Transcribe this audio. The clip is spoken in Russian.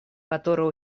который